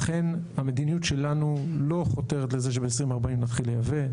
לכן המדיניות שלנו לא חותרת לזה שב-2040 נתחיל לייבא,